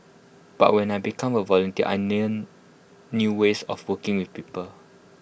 but when I became A volunteer I learnt new ways of working with people